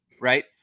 Right